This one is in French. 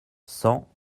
cent